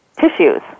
tissues